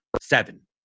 seven